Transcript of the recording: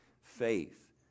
faith